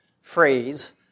phrase